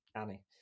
Annie